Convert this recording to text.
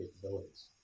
capabilities